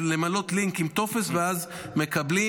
למלא לינק עם טופס ואז מקבלים.